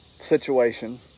situation